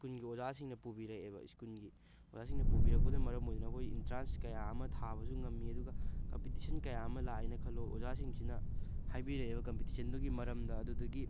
ꯁ꯭ꯀꯨꯜꯒꯤ ꯑꯣꯖꯥꯁꯤꯡꯅ ꯄꯨꯕꯤꯔꯛꯑꯦꯕ ꯁ꯭ꯀꯨꯜꯒꯤ ꯑꯣꯖꯥꯁꯤꯡꯅ ꯄꯨꯕꯤꯔꯛꯄꯗꯨꯅ ꯃꯔꯝ ꯑꯣꯏꯗꯅ ꯑꯩꯈꯣꯏ ꯑꯦꯟꯇ꯭ꯔꯥꯟꯁ ꯀꯌꯥ ꯑꯃ ꯊꯥꯕꯁꯨ ꯉꯝꯃꯤ ꯑꯗꯨꯒ ꯀꯝꯄꯤꯇꯤꯁꯟ ꯀꯌꯥ ꯑꯃ ꯂꯥꯛꯑꯦꯅ ꯈꯜꯂꯣ ꯑꯣꯖꯥꯖꯤꯡꯁꯤꯅ ꯍꯥꯏꯕꯤꯔꯛꯑꯦꯕ ꯀꯝꯄꯤꯇꯤꯁꯟꯗꯨꯒꯤ ꯃꯔꯝꯗ ꯑꯗꯨꯗꯒꯤ